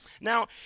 now